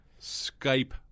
Skype